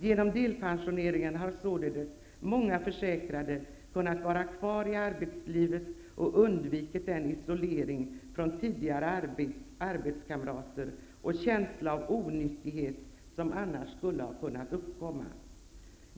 Genom delpensioneringen har således många försäkrade kunnat vara kvar i arbetslivet och undvikit den isolering från tidigare arbetskamrater och känsla av onyttighet som annars skulle ha kunnat uppkomma.